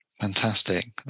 Fantastic